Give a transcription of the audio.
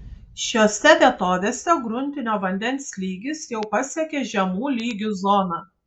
šiose vietovėse gruntinio vandens lygis jau pasiekė žemų lygių zoną